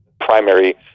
primary